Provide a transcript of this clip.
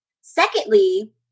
Secondly